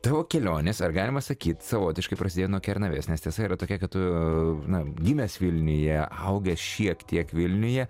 tavo kelionės ar galima sakyt savotiškai prasidėjo nuo kernavės nes tiesa yra tokia kad tu na gimęs vilniuje augęs šiek tiek vilniuje